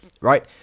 right